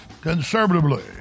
conservatively